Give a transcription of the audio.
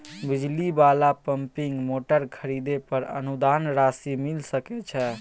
बिजली वाला pumping motor खरीदे पर अनुदान राशि मिल सके छैय?